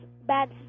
bad